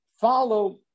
follow